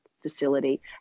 facility